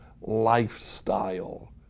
lifestyle